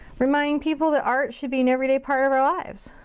reminding people that art should be an every day part of our lives.